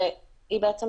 ובעצם,